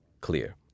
clear